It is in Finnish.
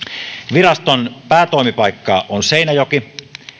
viraston päätoimipaikka on seinäjoki